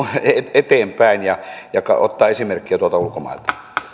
eteenpäin ja ottaa esimerkkiä tuolta ulkomailta